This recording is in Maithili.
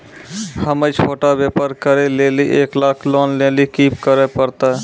हम्मय छोटा व्यापार करे लेली एक लाख लोन लेली की करे परतै?